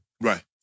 right